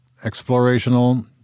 Explorational